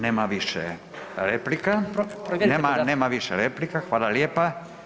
Nema više replika, nema više replika, hvala lijepa.